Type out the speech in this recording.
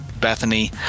bethany